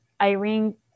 irene